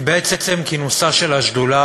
כי בעצם כינוסה של השדולה